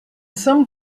some